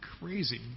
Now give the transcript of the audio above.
crazy